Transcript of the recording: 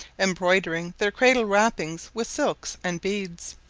embroidering their cradle wrappings with silks and beads,